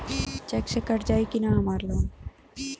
Check से cut जाई की ना हमार लोन?